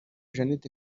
jeanette